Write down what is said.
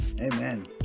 Amen